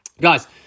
guys